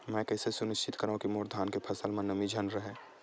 मैं कइसे सुनिश्चित करव कि मोर धान के फसल म नमी झन रहे?